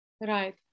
Right